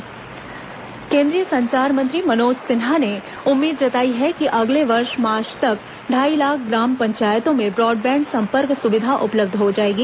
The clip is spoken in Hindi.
केन्द्रीय संचार मंत्री केन्द्रीय संचार मंत्री मनोज सिन्हा ने उम्मीद जताई है कि अगले वर्ष मार्च तक ढाई लाख ग्राम पंचायतों में ब्रॉडबैण्ड सम्पर्क सुविधा उपलब्ध हो जाएगी